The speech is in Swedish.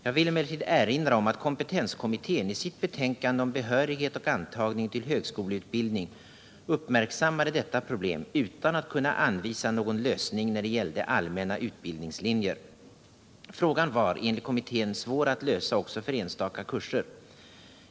Jag vill emellertid erinra om att kompetenskommittén i sitt betänkande om behörighet och antagning till högskoleutbildning uppmärksammade detta problem utan att kunna anvisa någon lösning när det gällde allmänna utbildningslinjer. Frågan var, enligt kommittén, svår att lösa också för enstaka kurser.